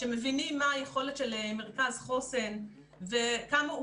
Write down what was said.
שמבינים מה היכולת של מרכז חוסן וכמה הוא